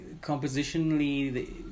compositionally